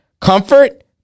comfort